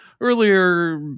earlier